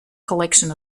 collection